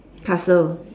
castle